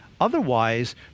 Otherwise